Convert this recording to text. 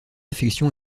affection